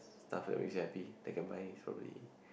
stuff will receive happy that can buy it probably